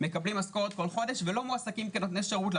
מקבלים משכורת כל חודש ולא מועסקים כנותני שירות,